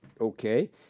Okay